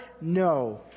No